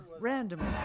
randomly